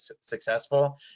successful